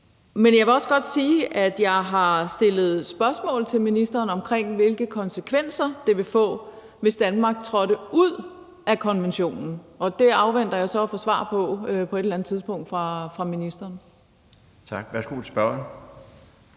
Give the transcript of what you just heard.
Jeg vil også sige, at jeg har stillet spørgsmål til ministeren omkring, hvilke konsekvenser det ville få, hvis Danmark trådte ud af konventionen, og det afventer jeg så at få et svar på fra ministeren på et eller